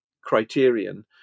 Criterion